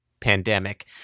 pandemic